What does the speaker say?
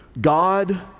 God